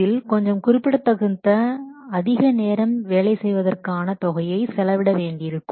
இதில் கொஞ்சம் குறிப்பிடத்தக்க அதிக நேரம் வேலை செய்ததற்கான தொகையை செலவிட வேண்டியிருக்கும்